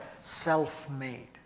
self-made